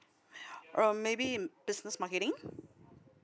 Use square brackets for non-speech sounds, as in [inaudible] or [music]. [breath] uh maybe business marketing